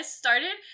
started